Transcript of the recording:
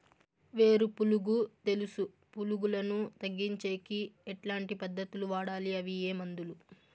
వేరు పులుగు తెలుసు పులుగులను తగ్గించేకి ఎట్లాంటి పద్ధతులు వాడాలి? అవి ఏ మందులు?